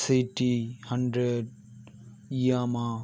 city hundred Yamaha